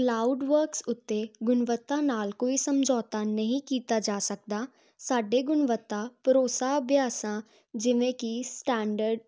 Cloudworks ਉੱਤੇ ਗੁਣਵੱਤਾ ਨਾਲ ਕੋਈ ਸਮਝੌਤਾ ਨਹੀਂ ਕੀਤਾ ਜਾ ਸਕਦਾ ਸਾਡੇ ਗੁਣਵੱਤਾ ਭਰੋਸਾ ਅਭਿਆਸਾਂ ਜਿਵੇਂ ਕਿ ਸਟੈਂਡਰਡ